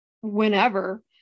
whenever